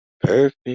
Perfect